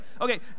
okay